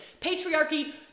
patriarchy